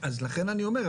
לכן אני אומר,